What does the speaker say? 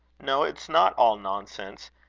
no, it's not all nonsense.